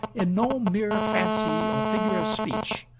in no mere fancy or figure of speech,